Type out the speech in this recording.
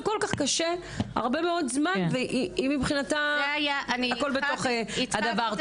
כל כך קשה הרבה מאוד זמן ומבחינתה הכל בתוך הדבר.